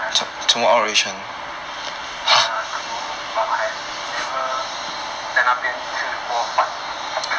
I have never eat ya true but I have never 在那边吃过饭